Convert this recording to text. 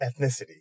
ethnicity